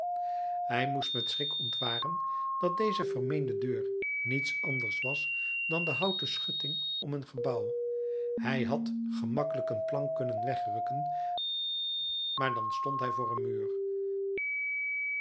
hij moest met schrik ontwaren dat deze vermeende deur niets anders was dan de houten schutting om een gebouw hij had gemakkelijk een plank kunnen wegrukken maar dan stond hij voor een muur